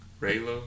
Raylo